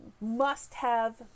must-have